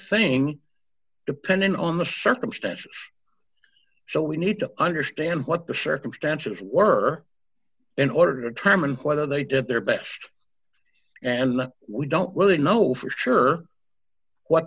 thing depending on the circumstances so we need to understand what the circumstances were in order time and whether they did their best and we don't really know for sure what